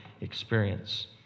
experience